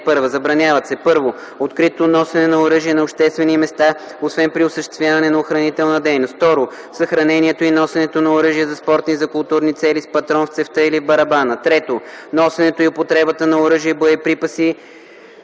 (1) Забраняват се: 1. откритото носене на оръжие на обществени места, освен при осъществяване на охранителна дейност; 2. съхранението и носенето на оръжия за спортни и за културни цели с патрон в цевта или в барабана; 3. носенето и употребата на оръжие и боеприпаси: